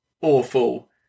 awful